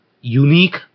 unique